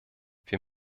wir